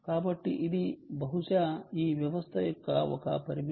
కాబట్టి ఇది బహుశా ఈ వ్యవస్థ యొక్క ఒక పరిమితి